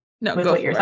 No